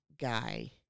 guy